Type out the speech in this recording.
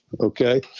okay